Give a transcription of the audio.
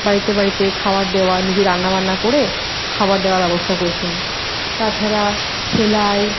বাড়িতে বাড়িতে খাওয়ার দেওয়া নিজে রান্নাবান্না করে খাবার দেওয়ার ব্যবস্থা করছেন তাছাড়া সেলাই